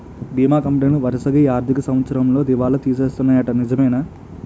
బీమా కంపెనీలు వరసగా ఈ ఆర్థిక సంవత్సరంలో దివాల తీసేస్తన్నాయ్యట నిజమేనా